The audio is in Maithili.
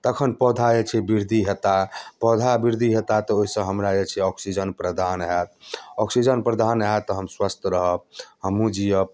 तखन पौधा जे छै वृद्धि हेताह पौधा वृद्धि हेताह तऽ ओइसँ हमरा जे छै ऑक्सीजन प्रदान होयत ऑक्सीजन प्रदान होयत तऽ हम स्वस्थ रहब हमहूँ जियब